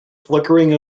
flickering